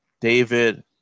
David